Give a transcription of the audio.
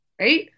right